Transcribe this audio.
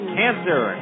cancer